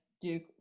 duke